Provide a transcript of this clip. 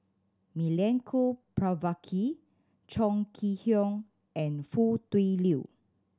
Milenko Prvacki Chong Kee Hiong and Foo Tui Liew